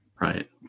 Right